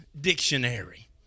dictionary